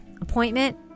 appointment